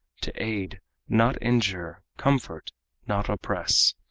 to aid not injure, comfort not oppress,